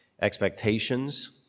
expectations